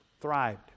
thrived